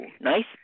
nice